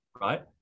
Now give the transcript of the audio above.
Right